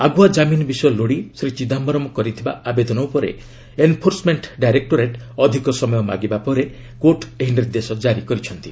ଆଗୁଆ ଜାମିନ ବିଷୟ ଲୋଡ଼ି ଶ୍ରୀ ଚିଦାମ୍ଘରମ୍ କରିଥିବା ଆବେଦନ ଉପରେ ଏନ୍ଫୋର୍ସମେଣ୍ଟ ଡାଇରେକ୍ଟୋରେଟ୍ ଅଧିକ ସମୟ ମାଗିବା ପରେ କୋର୍ଟ ଏହି ନିର୍ଦ୍ଦେଶ ଜାରି କରିଛନ୍ତି